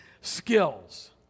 skills